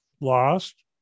lost